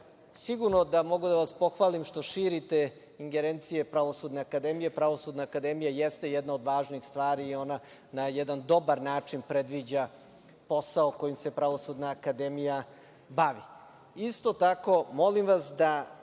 sigurno da mogu da vas pohvalim što širite ingerencije Pravosudne akademije. Pravosudna akademija jeste jedna od važnih stvari i ona daje jedan dobar način, predviđa posao kojim se Pravosudna akademija bavi. Isto tako, molim vas da